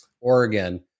Oregon